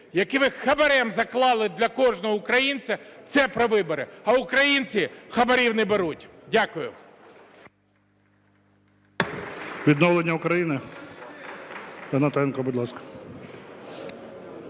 які ви хабарем заклали для кожного українця – це про вибори. А українці хабарів не беруть. Дякую. ГОЛОВУЮЧИЙ. "Відновлення України"? Гнатенко, будь ласка.